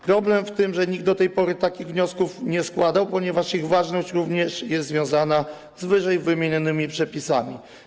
Problem w tym, że nikt do tej pory takich wniosków nie składał, ponieważ ich ważność również jest związana z ww. przepisami.